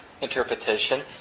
interpretation